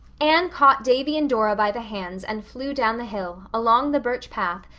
anne caught davy and dora by the hands and flew down the hill, along the birch path,